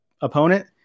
opponent